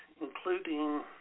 including